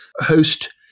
host